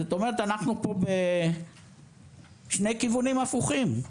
זאת אומרת אנחנו פה בשני כיוונים הפוכים.